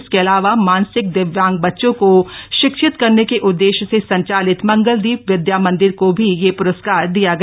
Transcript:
इसके अलावा मानसिक दिव्यांग बच्चों को शिक्षित करने के उददेश्य से संचालित मंगलदीप विदया मन्दिर को भी यह पुरस्कार दिया गया